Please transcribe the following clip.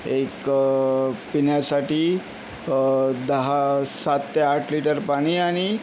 एक पिण्यासाठी दहा सात ते आठ लिटर पाणी आणि